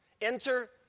Enter